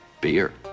beer